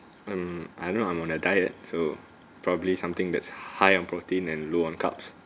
um I know I'm on a diet so probably something that's high on protein and low on carbs